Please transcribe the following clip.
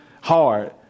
hard